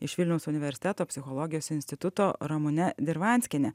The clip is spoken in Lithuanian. iš vilniaus universiteto psichologijos instituto ramune dirvanskiene